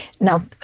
Now